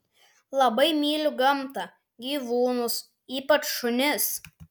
labai myliu gamtą gyvūnus ypač šunis